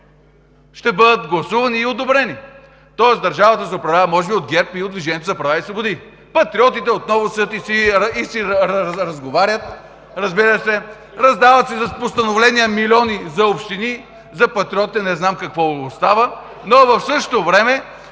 ще бъдат гласувани и одобрени. Тоест може би държавата се управлява от ГЕРБ и от „Движението за права и свободи“. Патриотите отново седят и си разговорят, разбира се. Раздават си с постановления милиони за общини. За Патриотите не знам какво остава, но в същото време